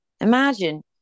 imagine